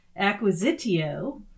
Acquisitio